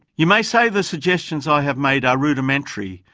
you may say the suggestions i have made are rudimentary,